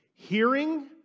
Hearing